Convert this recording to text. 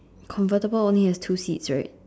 convertible only has two seats right